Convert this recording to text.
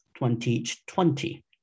2020